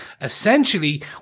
essentially